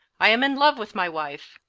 i am in love with my wife.